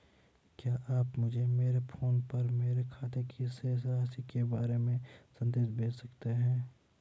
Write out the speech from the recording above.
क्या आप मुझे मेरे फ़ोन पर मेरे खाते की शेष राशि के बारे में संदेश भेज सकते हैं?